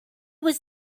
was